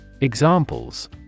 Examples